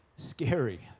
scary